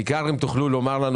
בעיקר אם תוכלו לומר לנו